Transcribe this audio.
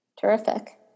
Terrific